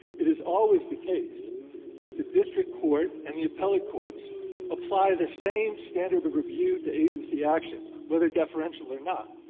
it is always the case that the district court and the appellate courts apply the same standard of review to agency action, whether deferential or not.